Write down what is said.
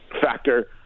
factor